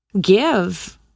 give